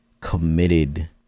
committed